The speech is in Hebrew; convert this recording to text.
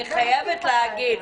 אני חייבת להגיד.